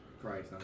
price